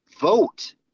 Vote